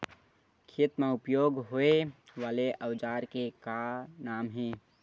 खेत मा उपयोग होए वाले औजार के का नाम हे?